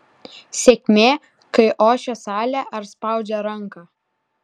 sėkmė kai ošia salė ar spaudžia ranką